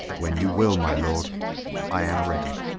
when you will, my lord i am ready.